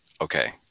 okay